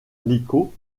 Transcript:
dans